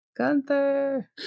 Gunther